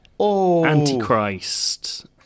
Antichrist